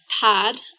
pad